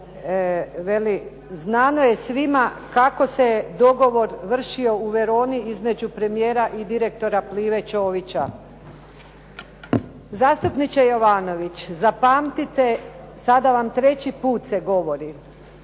znano je svima kako se vršio dogovor u Veroni između premijera i direktora Plive Ćovića. Zastupniče Jovanović zapamtite sada vam treći puta se govori,